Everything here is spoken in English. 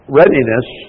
readiness